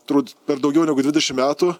turbūt per daugiau negu dvidešim metų